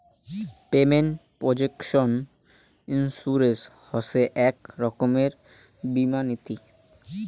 payment protection insurance হসে এক রকমের বীমা নীতি